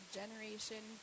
generation